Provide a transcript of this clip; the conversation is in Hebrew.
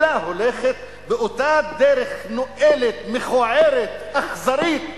אלא הולכת באותה דרך נואלת, מכוערת, אכזרית,